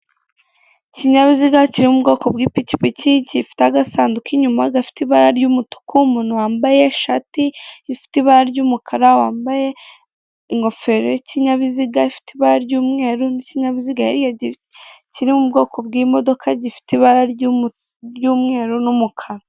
Ikinyabiziga kiri mu bwoko bw'ipikipiki, gifite agasanduku inyuma gafite ibara ry'umutuku, umuntu wambaye ishati ifite ibara ry'umukara, wambaye ingofero y'ikinyabiziga ifite ibara ry'umweru, n'ikinyabiziga yayiye kiri mu bwoko bw'imodoka, gifite ibara ry'umweru n'umukara.